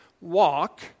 walk